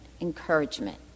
encouragement